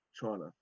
China